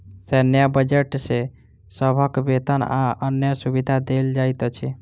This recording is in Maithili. सैन्य बजट सॅ सभक वेतन आ अन्य सुविधा देल जाइत अछि